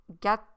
get